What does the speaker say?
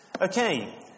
Okay